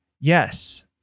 Yes